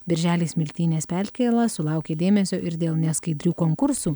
birželį smiltynės perkėla sulaukė dėmesio ir dėl neskaidrių konkursų